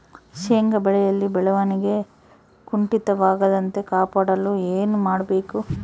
ಶೇಂಗಾ ಬೆಳೆಯಲ್ಲಿ ಬೆಳವಣಿಗೆ ಕುಂಠಿತವಾಗದಂತೆ ಕಾಪಾಡಲು ಏನು ಮಾಡಬೇಕು?